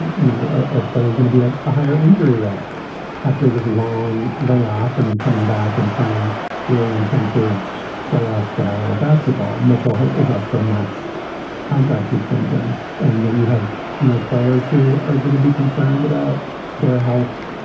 you know, are players going to be at a higher injury risk after this long layoff and then coming back and playing really intensive playoff style basketball? mitchell is up for a max contract extension. and then you have, you know, players who are going to be concerned about their health,